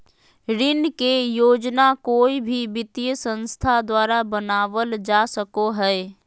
ऋण के योजना कोय भी वित्तीय संस्था द्वारा बनावल जा सको हय